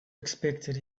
expected